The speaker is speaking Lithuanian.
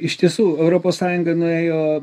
iš tiesų europos sąjunga nuėjo